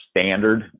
standard